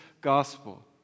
gospel